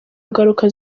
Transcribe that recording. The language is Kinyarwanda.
ngaruka